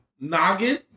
Noggin